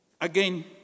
Again